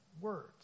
words